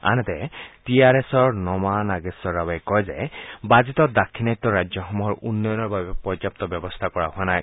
আনহাতে T R S Nama Nageswara ৰাৱে কয় যে বাজেটত দাক্ষিণাত্যৰ ৰাজ্যসমূহৰ উন্নয়নৰ বাবে পৰ্যাপ্ত ব্যৱস্থা কৰা হোৱা নাই